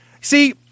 See